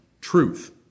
truth